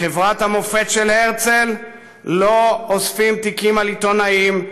בחברת המופת של הרצל לא אוספים תיקים על עיתונאים,